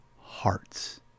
hearts